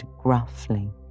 gruffly